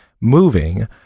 moving